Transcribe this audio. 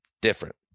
different